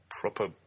proper